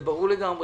זה ברור לגמרי.